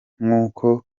nkuko